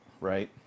right